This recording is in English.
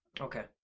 Okay